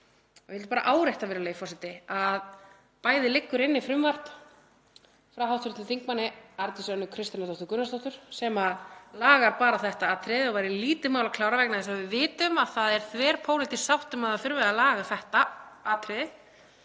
Ég vildi bara árétta, virðulegi forseti, að bæði liggur inni frumvarp frá hv. þm. Arndísi Önnu Kristínardóttur Gunnarsdóttur sem lagar bara þetta atriði og væri lítið mál að klára vegna þess að við vitum að það er þverpólitísk sátt um að það þurfi að laga þetta atriði.